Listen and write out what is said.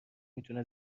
میتونه